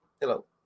Hello